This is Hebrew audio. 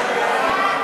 סעיף 98,